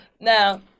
Now